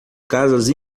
casas